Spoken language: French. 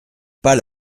pas